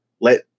Let